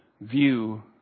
view